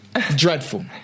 Dreadful